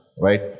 right